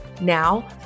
Now